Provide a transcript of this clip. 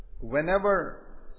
whenever